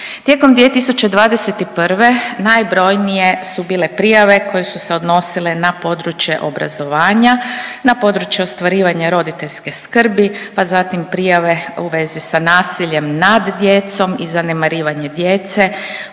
Tijekom 2021. najbrojnije su bile prijave koje su se odnosile na područje obrazovanja, na područje ostvarivanja roditeljske skrbi, pa zatim prijave u vezi sa nasiljem nad djecom i zanemarivanje djece